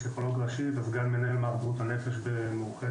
אני פסיכולוג ראשי וסגן מנהל מערך בריאות הנפש במאוחדת.